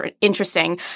interesting